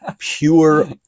pure